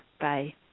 bye